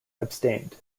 abstained